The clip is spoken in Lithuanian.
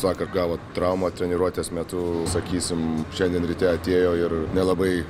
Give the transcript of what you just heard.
vakar gavo traumą treniruotės metu sakysim šiandien ryte atėjo ir nelabai